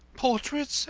portraits? oh,